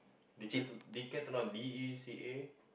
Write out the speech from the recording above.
decath~ decathlon D E C A